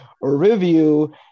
review